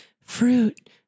fruit